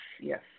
yes